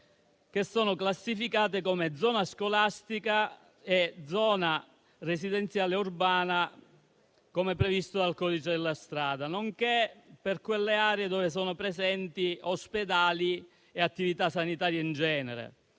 che sono classificate come zona scolastica e zona residenziale urbana, come previsto dal codice della strada, nonché su quelle aree nelle quali sono presenti ospedali e attività sanitarie in genere.